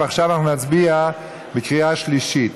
עכשיו אנחנו נצביע בקריאה שלישית.